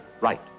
Right